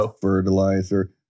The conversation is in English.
fertilizer